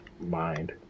mind